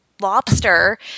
lobster